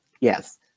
yes